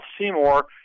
Seymour